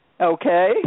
Okay